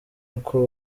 uko